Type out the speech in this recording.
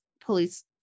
police